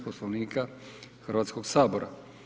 Poslovnika Hrvatskog sabora.